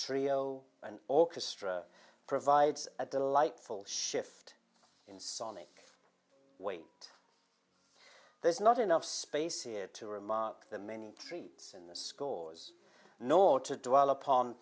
trio and orchestra provides a delightful shift in sonic wait there's not enough space here to remark the many treats in the scores nor to dwell upon